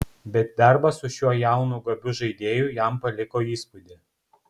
bet darbas su šiuo jaunu gabiu žaidėju jam paliko įspūdį